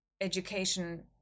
education